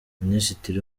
minisitiri